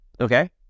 okay